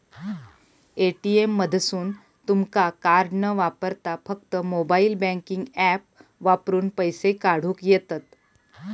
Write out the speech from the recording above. ATM मधसून तुमका card न वापरता फक्त मोबाईल बँकिंग ऍप वापरून पैसे काढूक येतंत